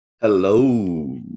Hello